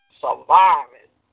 surviving